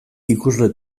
ikusle